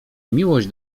miłość